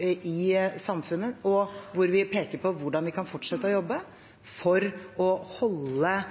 i samfunnet, og hvor vi peker på hvordan vi kan fortsette å jobbe for å holde